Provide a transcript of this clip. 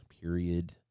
period